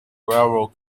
railroad